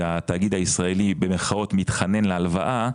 והתאגיד הישראלי "מתחנן" להלוואה,